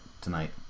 tonight